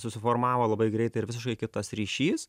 susiformavo labai greitai ir visišai kitas ryšys